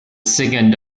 second